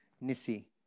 Nisi